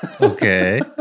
Okay